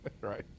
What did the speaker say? Right